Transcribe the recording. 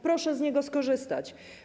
Proszę z niego skorzystać.